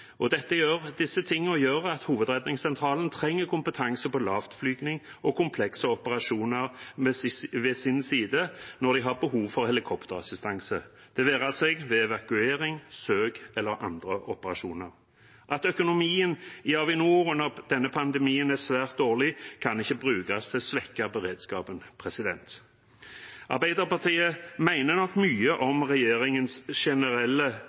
og disse tingene gjør at Hovedredningssentralen trenger kompetanse på lavtflyging og komplekse operasjoner ved sin side når de har behov for helikopterassistanse, det være seg ved evakuering, søk eller andre operasjoner. At økonomien i Avinor under denne pandemien er svært dårlig, kan ikke brukes til å svekke beredskapen. Arbeiderpartiet mener nok mye om regjeringens generelle